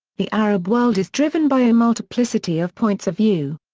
the arab world is driven by a multiplicity of points of view.